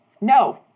No